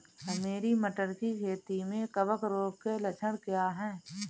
मेरी मटर की खेती में कवक रोग के लक्षण क्या हैं?